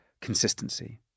consistency